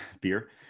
beer